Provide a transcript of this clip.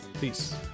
Peace